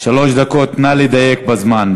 שלוש דקות, נא לדייק בזמן.